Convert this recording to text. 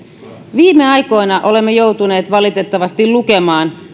viime aikoina olemme joutuneet valitettavasti lukemaan